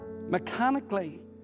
mechanically